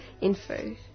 info